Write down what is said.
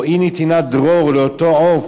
או אי-נתינת דרור לאותו עוף,